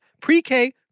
pre-K